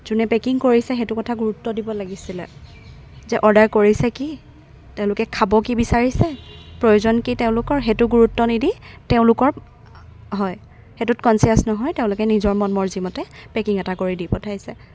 যোনে পেকিং কৰিছে সেইটো কথাত গুৰুত্ব দিব লাগিছিলে যে অৰ্ডাৰ কৰিছে কি তেওঁলোকে খাব কি বিচাৰিছে প্ৰয়োজন কি তেওঁলোকৰ সেইটো গুৰুত্ব নিদি তেওঁলোকক হয় সেইটোত কনচিয়াচ নহয় তেওঁলোকৰ নিজৰ মন মৰ্জিৰ মতে পেকিং এটা কৰি দি পঠাইছে